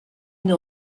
une